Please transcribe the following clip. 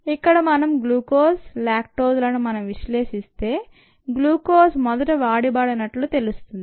ఇక్కడ మనం glucose lactose లను మనం విశ్లేషిస్తే గ్లూకోజ్ మొదట వాడబడినట్లు తెలుస్తుంది